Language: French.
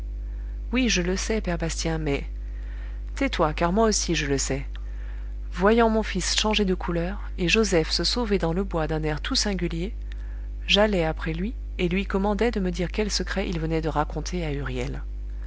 oui je le sais père bastien mais tais-toi car moi aussi je le sais voyant mon fils changer de couleur et joseph se sauver dans le bois d'un air tout singulier j'allai après lui et lui commandai de me dire quel secret il venait de raconter